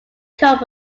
come